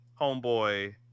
Homeboy